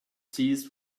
seized